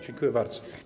Dziękuję bardzo.